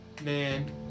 Man